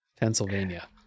Pennsylvania